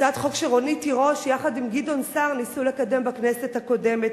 הצעת חוק שרונית תירוש יחד עם גדעון סער ניסו לקדם בכנסת הקודמת,